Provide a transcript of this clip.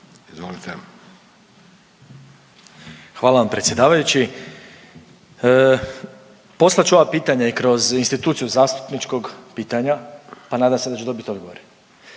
(MOST)** Hvala vam predsjedavajući. Poslat ću ova pitanja i kroz instituciju zastupničkog pitanja pa nadam se da ću dobiti odgovore.